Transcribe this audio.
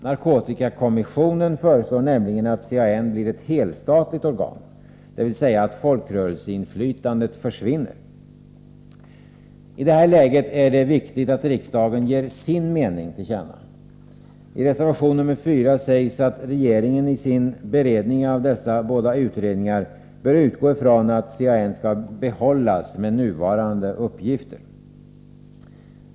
Narkotikakommissionen föreslår nämligen att CAN skall bli ett helstatligt organ, dvs. att folkrörelseinflytandet skall försvinna. I detta läge är det viktigt att riksdagen ger sin mening till känna. I reservation nr 4 sägs att regeringen i sin beredning av dessa båda utredningar bör utgå ifrån att CAN skall behållas med nuvarande uppgifter.